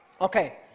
Okay